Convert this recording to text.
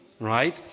Right